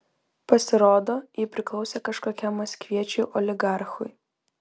pasirodo ji priklausė kažkokiam maskviečiui oligarchui